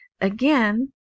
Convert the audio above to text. again